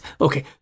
Okay